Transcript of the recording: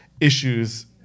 issues